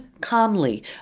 calmly